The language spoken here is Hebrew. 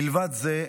מלבד זה,